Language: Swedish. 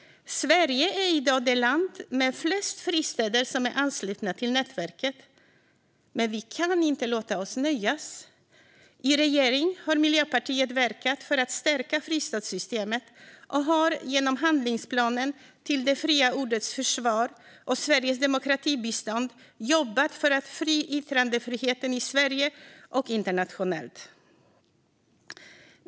Sverige är i dag det land som har flest fristäder som är anslutna till nätverket. Men vi kan inte låta oss nöja. I regeringen har Miljöpartiet verkat för att stärka fristadssystemet och har genom handlingsplanen Till det fria ordets försvar och Sveriges demokratibistånd jobbat för yttrandefriheten i Sverige och internationellt.